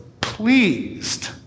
pleased